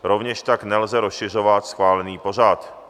Rovněž tak nelze rozšiřovat schválený pořad.